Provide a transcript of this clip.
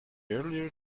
earlier